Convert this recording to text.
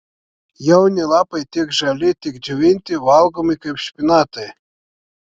jauni lapai tiek žali tiek džiovinti valgomi kaip špinatai